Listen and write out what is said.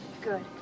Good